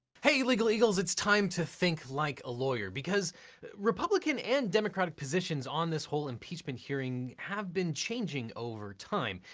hey legal eagles, it's time to think like a lawyer, because republican and democratic positions on this whole impeachment hearing have been changing over time,